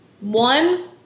One